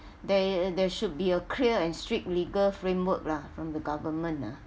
there there should be a clear and strict legal framework lah from the government ah